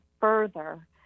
further